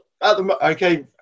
Okay